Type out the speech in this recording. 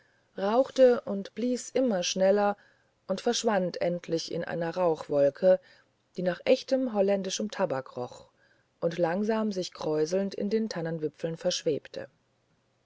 rauchte und blies immer schneller und verschwand endlich in einer rauchwolke die nach echtem holländischen tabak roch und langsam sich kräuselnd in den tannenwipfeln verschwebte